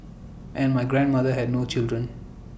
and my grandmother had no children